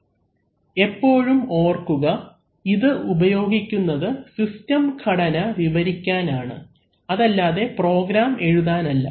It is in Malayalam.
അവലംബിക്കുന്ന സ്ലൈഡ് സമയം 0417 എപ്പോഴും ഓർക്കുക ഇത് ഉപയോഗിക്കുന്നത് സിസ്റ്റം ഘടന വിവരിക്കാൻ ആണ് അതല്ലാതെ പ്രോഗ്രാം എഴുതാൻ അല്ല